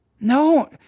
No